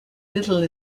little